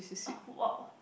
uh !wow!